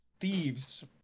Thieves